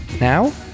Now